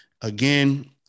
Again